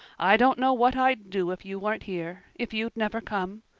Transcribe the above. i don't know what i'd do if you weren't here if you'd never come.